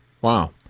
Wow